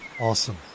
Awesome